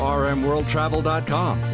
rmworldtravel.com